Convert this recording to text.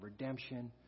redemption